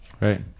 right